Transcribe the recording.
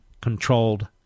Controlled